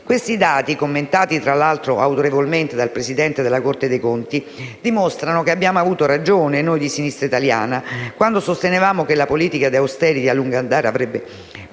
Questi dati, commentati autorevolmente dal Presidente della Corte dei conti, dimostrano che abbiamo avuto ragione, noi di Sinistra italiana, quando sostenevamo che la politica di austerità a lungo andare avrebbe